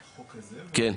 כן?